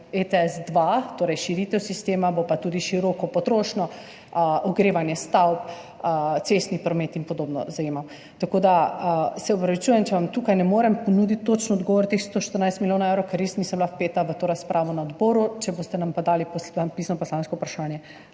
ETS2, torej širitev sistema, bo pa zajemal tudi široko potrošnjo, ogrevanje stavb, cestni promet in podobno. Tako da se opravičujem, če vam tukaj ne morem ponuditi točnega odgovora o teh 114 milijonih evrov, ker nisem bila vpeta v to razpravo na odboru, če pa nam boste dali pisno poslansko vprašanje,